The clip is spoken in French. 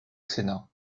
sénat